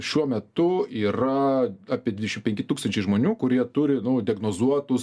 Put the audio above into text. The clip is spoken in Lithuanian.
šiuo metu yra apie dvidešimt penki tūkstančiai žmonių kurie turi nu diagnozuotus